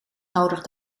nodig